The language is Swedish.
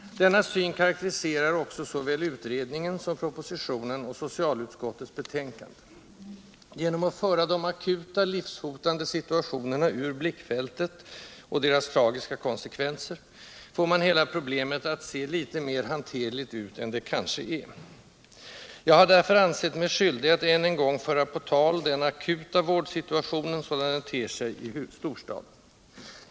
Denna syn karakteriserar också såväl utredningen som propositionen och socialutskottets betänkande. Genom att föra de akuta, livshotande situationerna och deras tragiska konsekvenser ur blickfältet får man hela problemet att se litet mera hanterligt ut än det kanske är. Jag har därför ansett mig skyldig att än en gång föra på tal den akuta vårdsituationen, sådan den ter sig i storstaden.